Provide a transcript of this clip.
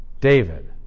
David